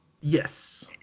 Yes